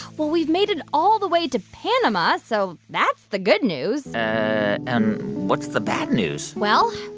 well, we've made it all the way to panama. so that's the good news and what's the bad news? well,